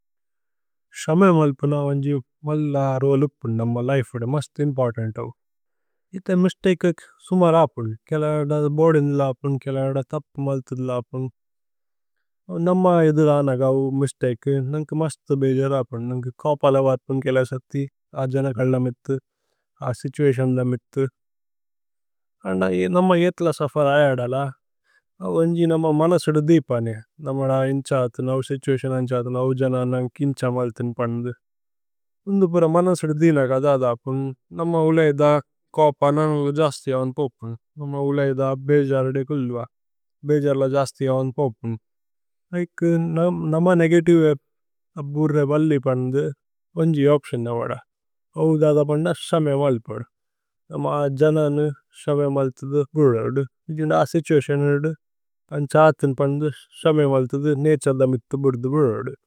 സമേ മല്പു ന വന്ജി മല്ല രോല്ലുപു നമ ലൈഫുദേ। മസ്ഥ് ഇമ്പോര്തന്ത് അവു ഇഥേ മിസ്തേകു സുമര് അവ്പുന്। കേലജോദ ബോദിന്ദില അവ്പുന് കേലജോദ തപ്പുമല്തുദില। അവ്പുന് നമ യുദുരനഗ അവു മിസ്തേകു നന്കു മസ്ഥ്। ബേജര അവ്പുന് നന്കു കൌപല വര്പുന് കേല സഥി। അ ജനകല്ലമിഥു, അ സിതുഅസ്യോന്ദമിഥു അന്ദ യേ। നമ ഏത്ല സഫര് അയദ ല അവു വന്ജി നമ മനസിദു। ദീപനേ നമ ദ ഇന്ഛാതന അ സിതുഅസ്യോന ഇന്ഛാതന। അ ഉ ജനന ഇന്ഛ മല്ഥിന് പന്ദു ഉന്ദു പുര മനസിദു। ദിന കദദ അപുന് നമ ഉലൈദ കൌപ നനല ജസ്തി। അവന് പോപ്പുന് നമ ഉലൈദ ബേജരദേ കുല്വ ബേജരല। ജസ്തി അവന് പോപ്പുന് ലികേ നമ നേഗതിവേ അപുര്രേ ബല്ലി। പന്ദു വന്ജി ഓപ്സ്യോന് നമ ദ അവു ദദ പന്ദു സമേ। മല്പുദു നമ ജനന സമേ മല്ഥിദു പുലുദു ഉ। ജുന സിതുഅസ്യോന നദു അന്ഛാതന പന്ദു। സമേ മല്ഥിദു നേഛ ദമിഥു ബുരുദു ബുരുദു।